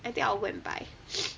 I think I'll go and buy